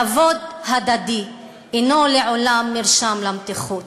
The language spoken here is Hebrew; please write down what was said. כבוד הדדי לעולם אינו מרשם למתיחות,